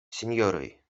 sinjoroj